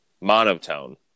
Monotone